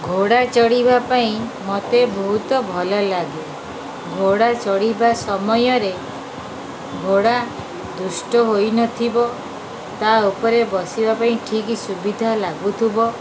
ଘୋଡ଼ା ଚଢ଼ିବା ପାଇଁ ମୋତେ ବହୁତ ଭଲ ଲାଗେ ଘୋଡ଼ା ଚଢ଼ିବା ସମୟରେ ଘୋଡ଼ା ଦୁଷ୍ଟ ହୋଇନଥିବ ତା ଉପରେ ବସିବା ପାଇଁ ଠିକ୍ ସୁବିଧା ଲାଗୁଥିବ